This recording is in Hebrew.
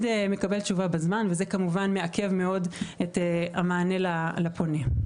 מקבל תשובה בזמן וזה כמובן מעכב מאוד את המענה לפונה.